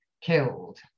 killed